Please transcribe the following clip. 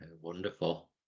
Wonderful